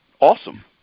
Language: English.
awesome